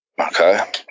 Okay